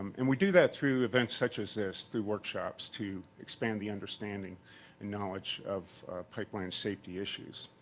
and we do that through events such as this, through workshops to expand the understanding and knowledge of pipeline safety issues.